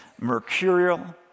mercurial